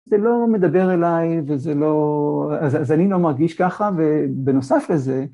זה לא מדבר אליי, וזה לא... אז אני לא מרגיש ככה, ובנוסף לזה...